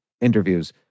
interviews